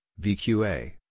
VQA